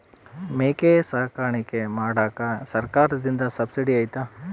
ಮೇಕೆ ಸಾಕಾಣಿಕೆ ಮಾಡಾಕ ಸರ್ಕಾರದಿಂದ ಸಬ್ಸಿಡಿ ಐತಾ?